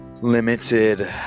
limited